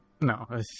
No